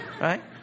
right